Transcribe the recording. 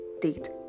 date